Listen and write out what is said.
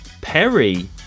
Perry